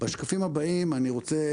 בשקפים הבאים אני רוצה